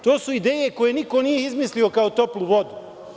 To su ideje koje niko nije izmislio kao toplu vodu.